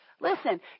Listen